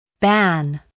ban